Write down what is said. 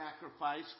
sacrifice